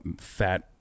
fat